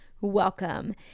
welcome